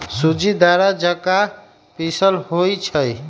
सूज़्ज़ी दर्रा जका पिसल होइ छइ